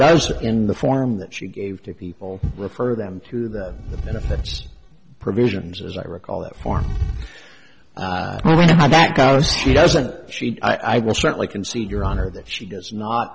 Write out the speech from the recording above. does in the form that she gave to people refer them to their benefits provisions as i recall that for that cost she doesn't she i will certainly can see your honor that she does not